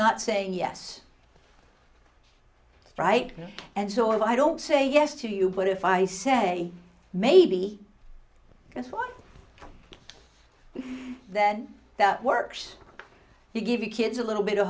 not saying yes right and so i don't say yes to you but if i say maybe that's what that works to give you kids a little bit of